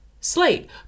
slate